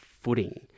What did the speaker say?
footing